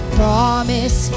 promise